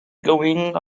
going